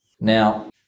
Now